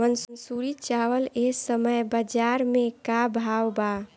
मंसूरी चावल एह समय बजार में का भाव बा?